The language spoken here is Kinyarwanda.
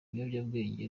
ibiyobyabwenge